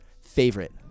favorite